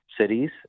Cities